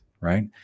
right